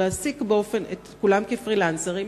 להעסיק את כולם כפרילנסרים,